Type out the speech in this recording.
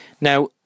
Now